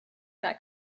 that